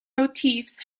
motifs